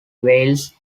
veils